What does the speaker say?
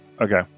Okay